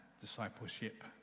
discipleship